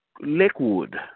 Lakewood